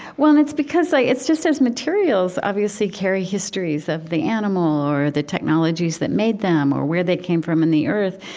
well, and it's because i it's just as materials, obviously, carry histories of the animal, or the technologies that made them, or where they came from in the earth,